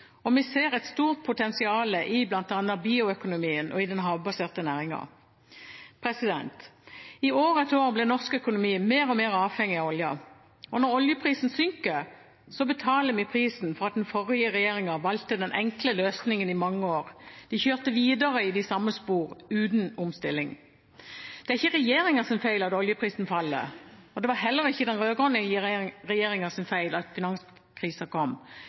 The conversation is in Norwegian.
og vi ser et stort potensial i bl.a. bioøkonomien og i den havbaserte næringen. I år etter år ble norsk økonomi mer og mer avhengig av oljen. Når oljeprisen synker, betaler vi prisen for at den forrige regjeringen valgte den enkle løsningen i mange år. De kjørte videre i de samme sporene, uten omstilling. Det er ikke regjeringens feil at oljeprisen faller. Det var heller ikke den rød-grønne regjeringens feil at finanskrisen kom.